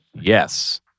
Yes